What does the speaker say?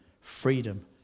freedom